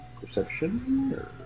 Perception